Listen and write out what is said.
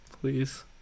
Please